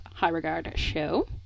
HighRegardShow